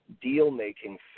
deal-making